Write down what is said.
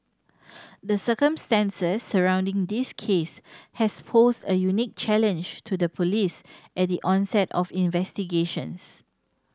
the circumstances surrounding this case has posed a unique challenge to the Police at the onset of investigations